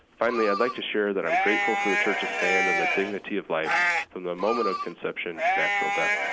finally, i'd like to share that i'm grateful for the church's stand on the dignity of life from the moment of conception to natural death.